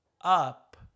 up